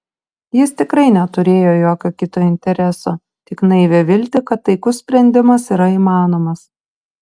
jis tikrai neturėjo jokio kito intereso tik naivią viltį kad taikus sprendimas yra įmanomas